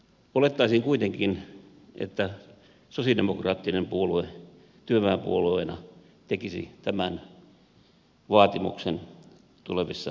olettaisin kuitenkin että sosialidemokraattinen puolue työväenpuolueena esittäisi tämän vaatimuksen tulevissa neuvotteluissa